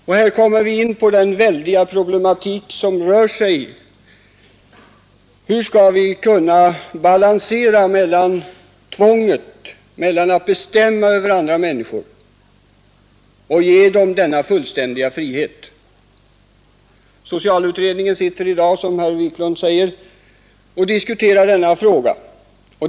Och här kommer vi in på denna väldiga problematik: Hur skall vi kunna balansera mellan tvånget att bestämma över andra människor och viljan att ge dem fullständig frihet? Socialutredningen diskuterar just i dag, som herr Wiklund i Stockhom säger, denna fråga.